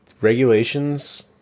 regulations